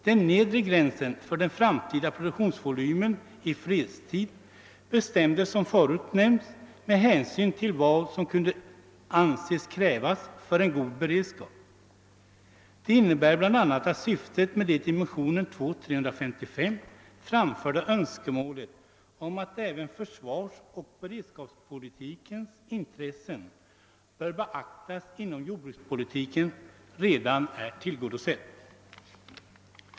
Den nedre gränsen för den framtida produktionsvolymen i fredstid bestämdes, som förut nämnts, med hänsyn till vad som kunde anses nödvändigt för en god beredskap. Detta innebär bl.a. att syftet med det i motionen II: 355 framförda önskemålet, att även försvarsoch beredskapspolitikens intressen bör beaktas inom jordbrukspolitiken, redan är tillgodosett.